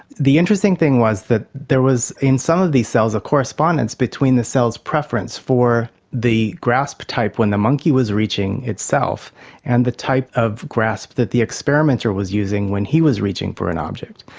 the interesting thing was that there was in some of these cells a correspondence between the cells' preference for the grasp type when the monkey was reaching itself and the type of grasp that the experimenter was using when he was reaching for an object.